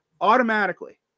automatically